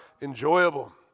enjoyable